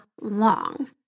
long